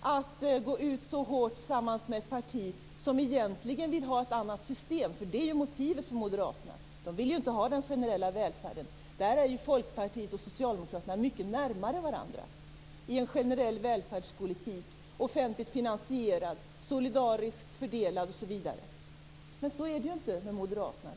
att gå ut så hårt tillsammans med ett parti som egentligen vill ha ett annat system? Det är ju det som är motivet för moderaterna. De vill inte ha någon generell välfärd. I det fallet är Folkpartiet och socialdemokraterna mycket närmare varandra när det gäller en offentligt finansierad generell välfärdspolitik som är solidariskt fördelad. Men så är det ju inte för moderaterna.